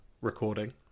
recording